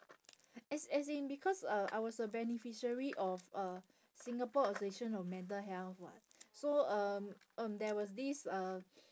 as as in because uh I was a beneficiary of uh singapore association of mental health [what] so um um there was this uh